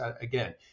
again